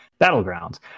battlegrounds